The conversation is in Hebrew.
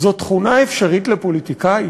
תכונה אפשרית לפוליטיקאי?